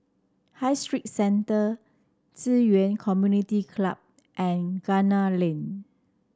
High Street Centre Ci Yuan Community Club and Gunner Lane